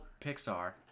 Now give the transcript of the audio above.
pixar